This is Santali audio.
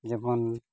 ᱡᱮᱢᱚᱱ